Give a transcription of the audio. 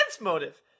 motive